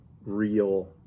real